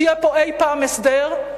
שיהיה פה אי-פעם הסדר,